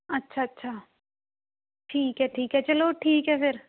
ਅੱਛਾ ਅੱਛਾ ਠੀਕ ਹੈ ਠੀਕ ਹੈ ਚਲੋ ਠੀਕ ਹੈ ਫਿਰ